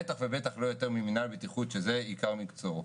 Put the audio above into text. בטח לא יותר ממנהל הבטיחות שזה עיקר מקצועו.